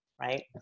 right